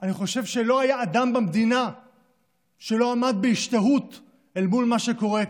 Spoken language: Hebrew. אני חושב שלא היה אדם במדינה שלא עמד בהשתאות אל מול מה שקרה כאן: